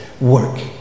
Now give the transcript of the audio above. work